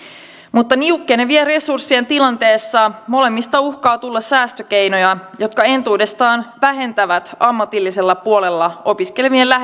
mutta niukkenevien resurssien tilanteessa molemmista uhkaa tulla säästökeinoja jotka entuudestaan vähentävät ammatillisella puolella opiskelevien